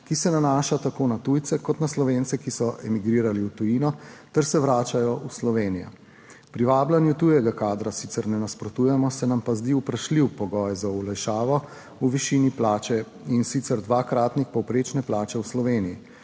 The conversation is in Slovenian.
ki se nanaša tako na tujce kot na Slovence, ki so emigrirali v tujino, ter se vračajo v Slovenijo. Privabljanju tujega kadra sicer ne nasprotujemo, se nam pa zdi vprašljiv pogoj za olajšavo v višini plače, in sicer dvakratnik povprečne plače v Sloveniji.